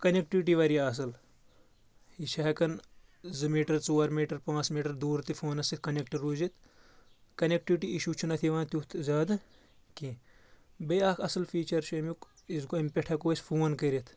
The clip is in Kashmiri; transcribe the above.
کَنیٚکٹِوٹی واریاہ اَصٕل یہِ چھِ ہؠکان زٕ میٖٹر ژور میٖٹر پانٛژھ میٖٹر دوٗر تہِ فونَس سۭتۍ کَنیٚکٹہٕ روٗزِتھ کَنیٚکٹِوِٹی اِشوٗ چھُ نہٕ اَتھ یِوان تیُتھ زیادٕ کینٛہہ بیٚیہِ اکھ اصل فیٖچر چھُ امیُک یُس گوٚو امہِ پؠٹھ ہؠکو أسۍ فون کٔرِتھ